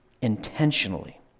intentionally